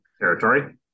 territory